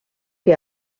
que